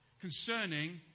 concerning